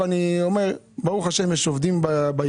אני אומר: ברוך השם, יש עובדים בעיריות.